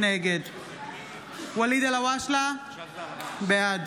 נגד ואליד אלהואשלה, בעד